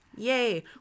Yay